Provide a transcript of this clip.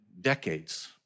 decades